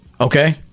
okay